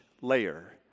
layer